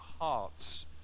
hearts